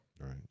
Right